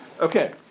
okay